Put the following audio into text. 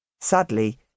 Sadly